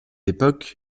époque